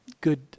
good